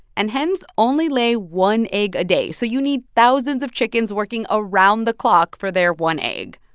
and hens only lay one egg a day, so you need thousands of chickens working around-the-clock for their one egg.